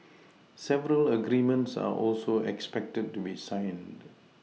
several agreements are also expected to be signed